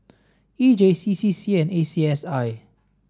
E J C C C A and A C S I